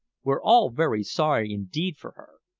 we're all very sorry indeed for her.